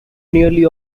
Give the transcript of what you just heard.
nearly